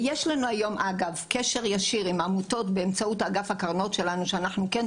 יש לנו כיום קשר ישיר עם עמותות באמצעות אגף הקרנות שלנו,